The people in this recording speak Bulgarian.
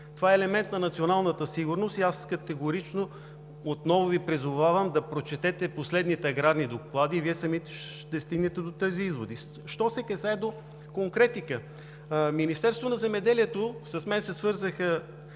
Това е елемент на националната сигурност и аз категорично отново Ви призовавам да прочетете последните аграрни доклади и Вие самите ще стигнете до тези изводи. Що се касае до конкретика – с мен се свързаха